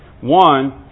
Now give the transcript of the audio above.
One